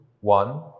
one